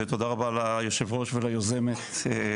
ותודה רבה ליו"ר וליוזמת הדיון.